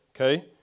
okay